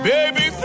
Baby